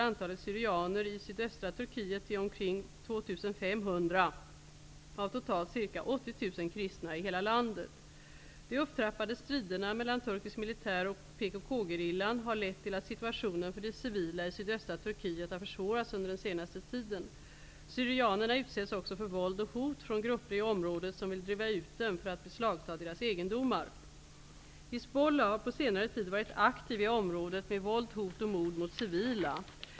kristna i hela landet. De upptrappade striderna mellan turkisk militär och PKK-gerillan har lett till att situationen för de civila i sydöstra Turkiet har försvårats under den senaste tiden. Syrianerna utsätts också för våld och hot från grupper i området som vill driva ut dem för att beslagta deras egendomar. Hizbollah har på senare tid varit aktiva i området med våld, hot och mord mot civila.